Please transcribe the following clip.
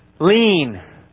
Lean